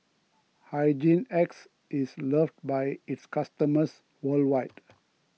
Hygin X is loved by its customers worldwide